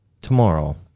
tomorrow